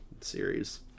series